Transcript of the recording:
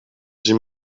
sie